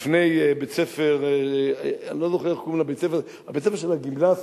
בפני בית-הספר, של הגימנסיה,